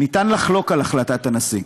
ניתן לחלוק על החלטת הנשיא,